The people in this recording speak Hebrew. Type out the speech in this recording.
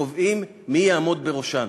וקובעים מי יעמוד בראשן.